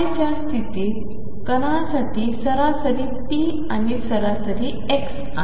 च्या स्थितीत कणांसाठी सरासरी p आणि सरासरी x आहे